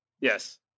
yes